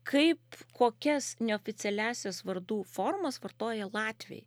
kaip kokias neoficialiąsias vardų formas vartoja latviai